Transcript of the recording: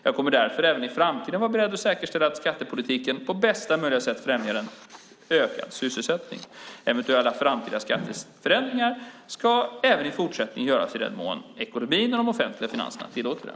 Jag kommer därför även i framtiden att vara beredd att säkerställa att skattepolitiken på bästa möjliga sätt främjar en ökad sysselsättning. Eventuella framtida skatteförändringar ska även i fortsättningen göras i den mån ekonomin och de offentliga finanserna tillåter det.